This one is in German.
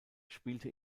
spielte